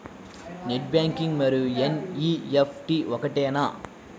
Net banking మరియు NEFT ఒకటేనా?